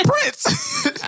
Prince